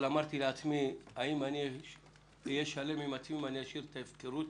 אבל שאלתי את עצמי האם אני אהיה שלם עם עצמי אם אשאיר את ההפקרות